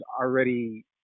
already